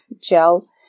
gel